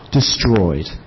destroyed